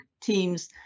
teams